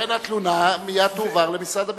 לכן התלונה מייד תועבר למשרד הביטחון,